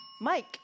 Mike